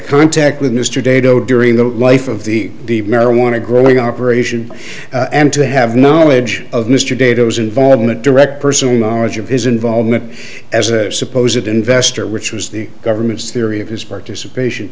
contact with mr dado during the life of the marijuana growing operation and to have knowledge of mr dados involvement direct personal knowledge of his involvement as a suppose it investor which was the government's theory of his participation